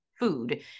food